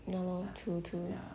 ya lor true true